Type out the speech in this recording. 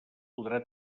podrà